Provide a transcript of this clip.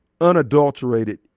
Unadulterated